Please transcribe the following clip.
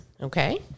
Okay